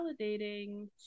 validating